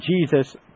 Jesus